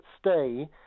stay